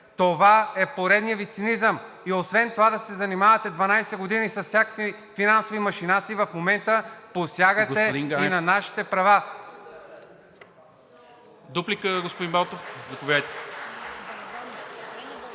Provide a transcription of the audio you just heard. Това е поредният Ви цинизъм и освен това да се занимавате 12 години с всякакви финансови машинации. В момента посягате и на нашите права.